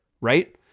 right